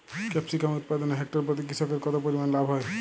Capsicum উৎপাদনে hectare প্রতি কৃষকের কত পরিমান লাভ হয়?